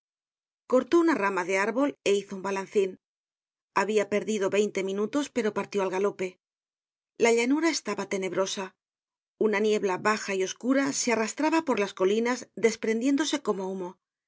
cortó una rama de árbol é hizo un balancin i habia perdido veinte minutos pero partió al galope la llanura estaba tenebrosa una niebla baja y oscura se arrastraba por las colinas desprendiéndose como humo